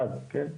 עד, כן?